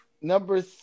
Number